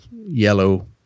yellow